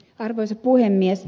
arvoisa puhemies